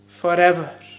forever